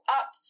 up